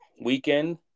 weekend